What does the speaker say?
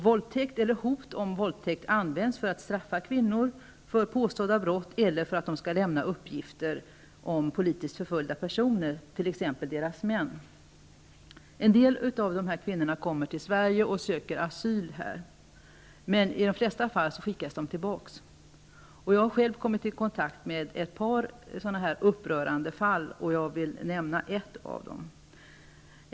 Våldtäkt eller hot om våldtäkt används för att straffa kvinnor för påstådda brott eller för att de skall lämna uppgifter om politiskt förföljda personer, t.ex. deras män. En del av dessa kvinnor kommer till Sverige och söker asyl här, men i de flesta fall skickas de tillbaka. Jag har själv kommit i kontakt med ett par sådana upprörande fall, och jag vill nämna ett av dessa.